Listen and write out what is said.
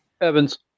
Evans